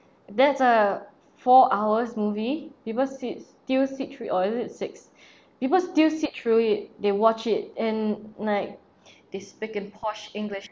that's a four hours movie people sits still sit through it or is it six people still sit through it they watch it and like they speak in posh english